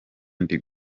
ndi